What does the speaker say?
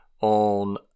on